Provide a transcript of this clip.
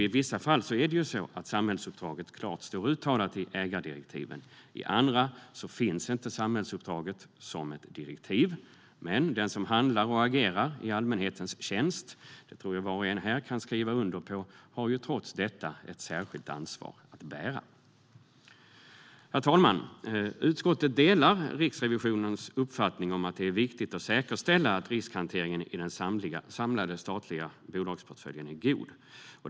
I vissa fall står samhällsuppdraget klart uttalat i ägardirektiven. I andra finns inte samhällsuppdraget som ett direktiv, men den som handlar och agerar i allmänhetens tjänst har - det tror jag att var och en här kan skriva under på - trots detta ett särskilt ansvar att bära. Utskottet delar Riksrevisionens uppfattning att det är viktigt att säkerställa att riskhanteringen i den samlade statliga bolagsportföljen är god.